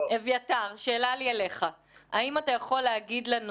אביתר, שאלה לי אליך, האם אתה יכול להגיד לנו,